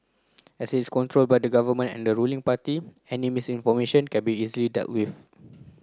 as it's controlled by the Government and the ruling party any misinformation can be easily dealt with